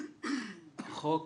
חוק